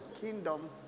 kingdom